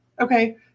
Okay